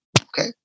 Okay